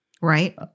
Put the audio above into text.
Right